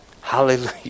Hallelujah